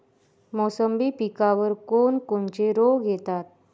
मोसंबी पिकावर कोन कोनचे रोग येतात?